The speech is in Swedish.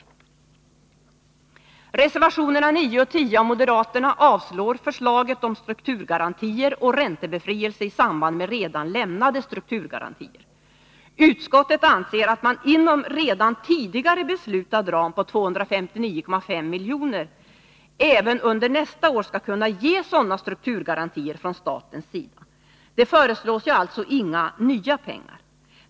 I reservationerna 9 och 10 avstyrker moderaterna förslaget om strukturgarantier och räntebefrielse i samband med redan lämnade strukturgarantier. Utskottet anser att det inom redan tidigare beslutad ram på 259,5 milj.kr. även under nästa år skall kunna ges sådana strukturgarantier från statens sida. Det föreslås alltså inga nya pengar.